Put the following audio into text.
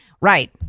Right